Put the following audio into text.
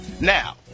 Now